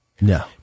No